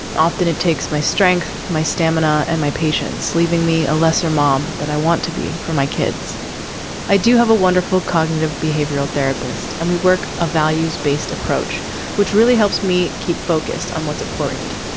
often it takes my strength my stamina and my patience leaving me a lesser mom than i want to be. for my kids i do have a wonderful cognitive behavioral therapist and we work a values based approach which really helps me keep focused on what's important.